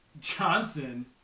Johnson